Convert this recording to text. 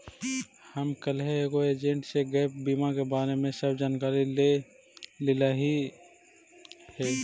हम कलहे एगो एजेंट से गैप बीमा के बारे में सब जानकारी ले लेलीअई हे